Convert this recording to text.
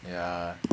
ya